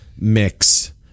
mix